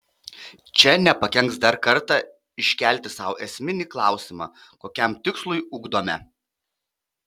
čia nepakenks dar kartą iškelti sau esminį klausimą kokiam tikslui ugdome